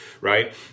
Right